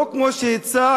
לא כמו שהצעת,